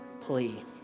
plea